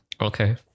Okay